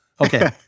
Okay